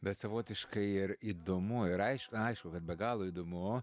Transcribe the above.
bet savotiškai ir įdomu ir aišku aišku kad be galo įdomu